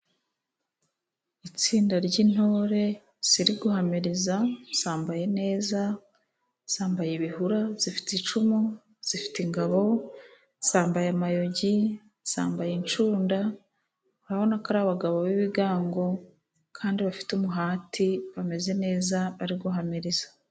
Itsinda ry'intore ziri guhamiriza zambaye neza zambaye ibihura, zifite icumu, zifite ingabo, zambaye amayogi, zambaye inshunda. Urabona ko ari abagabo b'ibigango kandi bafite umuhati bameze neza bari guhamiriza.